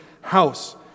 house